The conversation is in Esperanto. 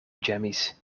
ĝemis